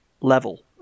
level